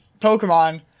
Pokemon